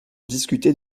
discuter